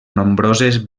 nombroses